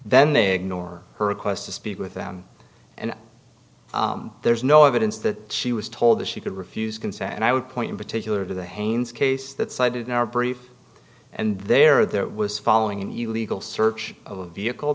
then they ignore her request to speak with them and there's no evidence that she was told that she could refuse consent and i would point in particular to the haynes case that cited in our brief and there there was following an illegal search of a vehicle